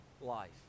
life